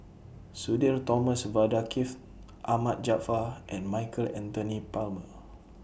Sudhir Thomas Vadaketh Ahmad Jaafar and Michael Anthony Palmer